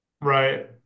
right